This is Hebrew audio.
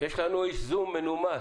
לנו איש זום מנומס.